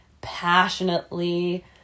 passionately